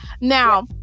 Now